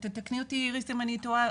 איריס תתקני אותי אם אני טועה,